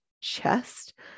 chest